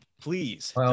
Please